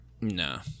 No